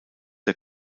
der